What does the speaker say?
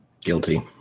Guilty